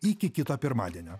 iki kito pirmadienio